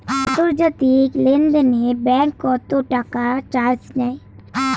আন্তর্জাতিক লেনদেনে ব্যাংক কত টাকা চার্জ নেয়?